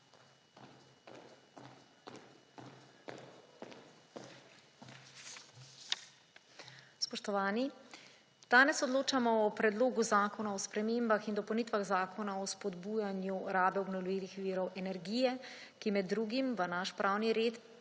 spoštovani! Danes odločamo o Predlogu zakona o spremembah in dopolnitvah Zakona o spodbujanju rabe obnovljivih virov energije, ki med drugim v naš pravni red prenaša